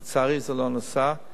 לצערי זה לא נעשה.